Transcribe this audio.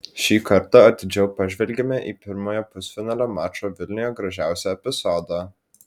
šį kartą atidžiau pažvelgėme į pirmojo pusfinalio mačo vilniuje gražiausią epizodą